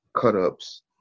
cut-ups